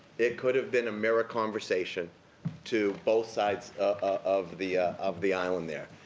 it could have been a mirror conversation to both sides of the of the island there.